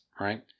Right